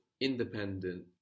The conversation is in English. independent